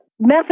method